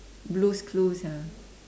blue's clues ah